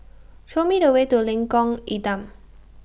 Show Me The Way to Lengkong Enam